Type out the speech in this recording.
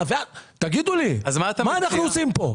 תגידו לי, מה אנחנו עושים כאן.